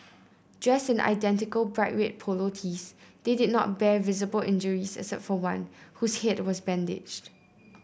dressed in identical bright red polo tees they did not bear visible injuries except for one whose head was bandaged